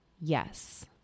yes